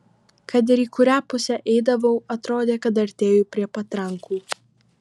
kad ir į kurią pusę eidavau atrodė kad artėju prie patrankų